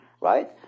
right